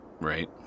Right